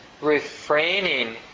refraining